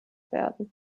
werden